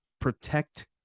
protect